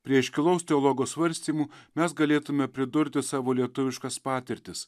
prie iškilaus teologo svarstymų mes galėtume pridurti savo lietuviškas patirtis